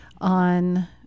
on